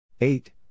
eight